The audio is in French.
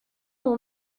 mon